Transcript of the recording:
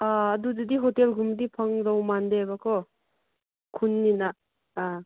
ꯑꯗꯨꯗꯗꯤ ꯍꯣꯇꯦꯜꯒꯨꯝꯕꯗꯤ ꯐꯪꯗꯧ ꯃꯥꯟꯗꯦꯕꯀꯣ ꯈꯨꯟꯅꯤꯅ ꯑꯥ